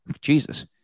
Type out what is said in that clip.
Jesus